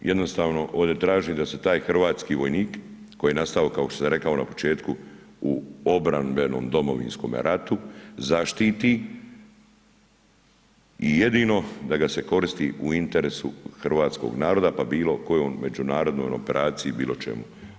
Jednostavno ovdje tražim da se taj hrvatski vojnik, koji je nastao, kao što sam rekao na početku, u obrambenom Domovinskome ratu, zaštiti i jedino da ga se koristi u interesu hrvatskog naroda, pa bilo kojom međunarodnoj operaciji ili bilo čemu.